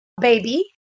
baby